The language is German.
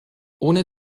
ohne